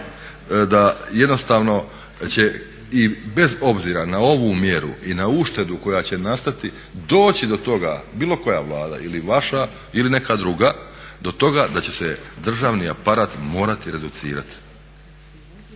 Da jednostavno će i bez obzira na ovu mjeru i na uštedu koja će nastati doći do toga bilo koja Vlada ili vaša ili neka druga, do toga da će se državni aparat morati reducirati,